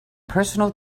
personal